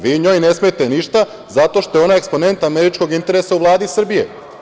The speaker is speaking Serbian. Vi njoj ne smete ništa zato što je ona eksponent američkog interesa u Vladi Srbije.